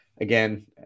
again